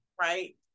right